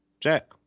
Jack